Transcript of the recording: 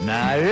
Now